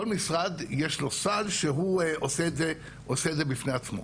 כל משרד, יש לו סל שהוא עושה את זה בפני עצמו.